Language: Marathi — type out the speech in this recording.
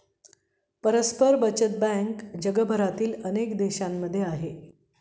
परस्पर बचत बँक जगभरातील अनेक देशांमध्ये आहे